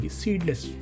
seedless